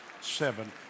Seven